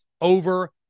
over